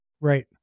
Right